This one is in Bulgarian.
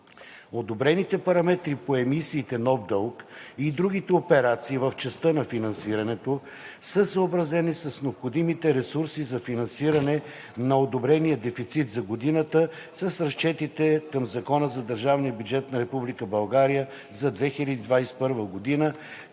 Одобрените параметри по емисиите „нов дълг“ и другите операции в частта на финансирането са съобразени с необходимите ресурси за финансиране на одобрения дефицит за годината с разчетите към Закона за държавния бюджет